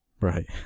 Right